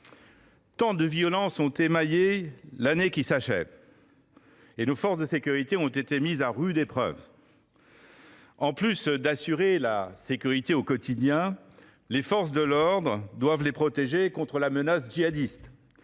Tant de violences ont émaillé l’année qui s’achève, pendant laquelle nos forces de sécurité ont été mises à rude épreuve. En plus d’assurer la sécurité au quotidien, les forces de l’ordre doivent protéger nos concitoyens contre la menace djihadiste